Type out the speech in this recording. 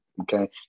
okay